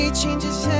changes